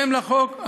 בהתאם לחוק,